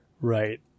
Right